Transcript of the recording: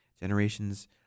Generations